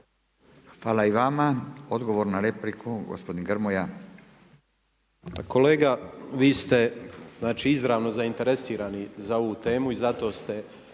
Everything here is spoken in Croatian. Hvala i vama. Odgovor na repliku, gospođa